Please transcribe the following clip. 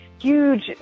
huge